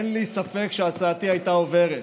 אין לי ספק שהצעתי הייתה עוברת.